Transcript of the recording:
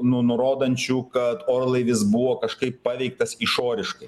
nu nurodančių kad orlaivis buvo kažkaip paveiktas išoriškai